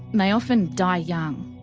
and they often die young.